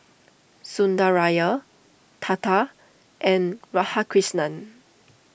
Sundaraiah Tata and Radhakrishnan